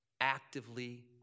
actively